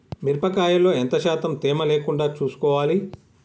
మిరప కాయల్లో ఎంత శాతం తేమ లేకుండా చూసుకోవాలి?